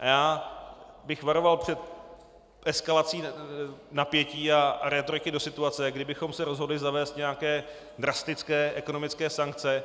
Já bych varoval před eskalací napětí a rétoriky do situace, kdy bychom se rozhodli zavést nějaké drastické ekonomické sankce